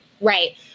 Right